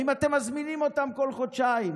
האם אתם מזמינים אותם כל חודשיים?